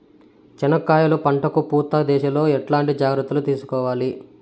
చెనక్కాయలు పంట కు పూత దశలో ఎట్లాంటి జాగ్రత్తలు తీసుకోవాలి?